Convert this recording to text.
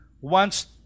wants